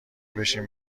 بشین